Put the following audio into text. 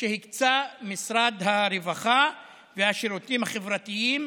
שהקצה משרד הרווחה והשירותים החברתיים